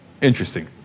interesting